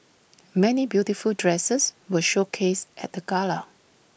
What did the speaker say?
many beautiful dresses were showcased at the gala